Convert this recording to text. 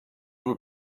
were